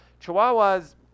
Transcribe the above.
Chihuahuas